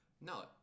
No